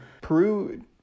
peru